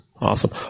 Awesome